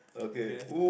okay